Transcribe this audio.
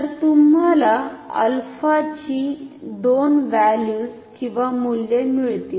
तर तुम्हाला अल्फाची दोन व्हॅल्यूजमूल्य मिळतील